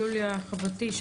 ליוליה חברתי,